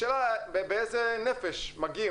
השאלה באיזו נפש מגיעים,